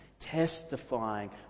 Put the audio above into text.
testifying